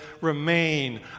remain